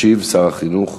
ישיב, שר החינוך